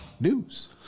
news